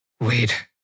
Wait